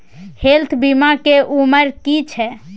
Health बीमा के उमर की छै?